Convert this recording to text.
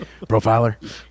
Profiler